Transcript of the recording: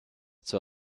zur